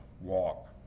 walk